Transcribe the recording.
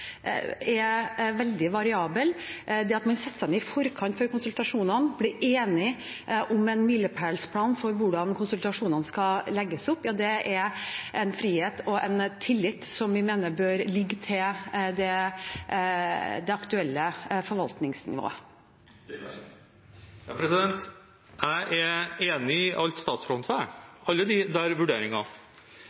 er veldig variable. Det at man setter seg ned i forkant av konsultasjonene og blir enige om en milepælsplan for hvordan konsultasjonene skal legges opp, er en frihet og en tillit som vi mener bør ligge til det aktuelle forvaltningsnivået. Jeg er enig i alt statsråden sa – alle de